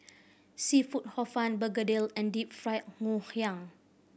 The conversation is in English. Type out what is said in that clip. seafood Hor Fun begedil and Deep Fried Ngoh Hiang